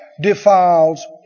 defiles